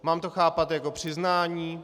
Mám to chápat jako přiznání?